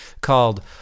called